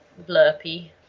blurpy